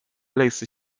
类似